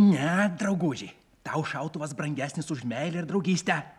ne drauguži tau šautuvas brangesnis už meilę ir draugystę